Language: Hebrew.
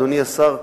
אדוני השר,